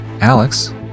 Alex